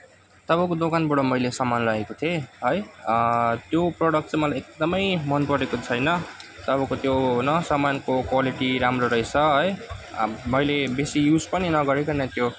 तपाईँको दोकानबाट मैले सामान लगेको थिएँ है त्यो प्रडक्ट चाहिँ मलाई एकदमै मन परेको छैन तपाईँको त्यो न सामानको क्वालिटी राम्रो रहेछ है अब मैले बेसी युज पनि नगरिकन त्यो